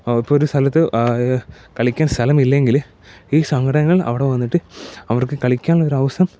അവർക്കൊരു സ്ഥലത്ത് കളിക്കാൻ സ്ഥലമില്ലെങ്കില് ഈ സംഘടനകൾ അവിടെ വന്നിട്ട് അവർക്ക് കളിക്കാനുള്ള ഒരവസരം